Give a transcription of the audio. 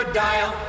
dial